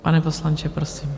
Pane poslanče, prosím.